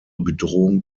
bedrohung